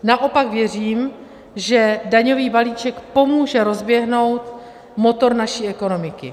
Naopak věřím, že daňový balíček pomůže rozběhnout motor naší ekonomiky.